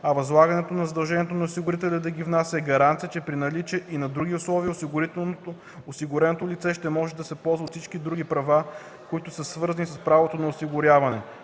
а възлагането на задължението на осигурителя да ги внася е гаранция, че при наличие и на другите условия осигуреното лице ще може да се ползва от всички други права, които са свързани с правото на осигуряване